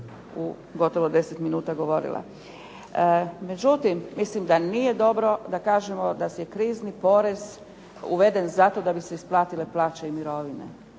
u gotovo 10 minuta govorila. Međutim, mislim da nije dobro da kažemo da se krizni porez uveden zato da bi se isplatile plaće i mirovine.